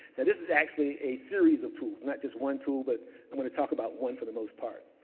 and this is actually a series of tools, not just one tool, but i'm going to talk about one for the most part.